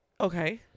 Okay